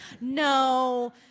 no